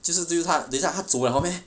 就是就是他等一下他走 liao meh